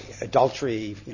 adultery